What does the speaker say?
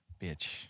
Bitch